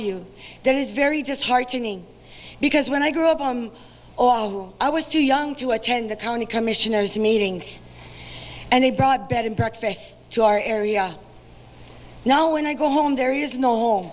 you that it's very disheartening because when i grew up on i was too young to attend the county commissioners meetings and they brought bed and breakfasts to our area now when i go home there is no